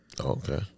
Okay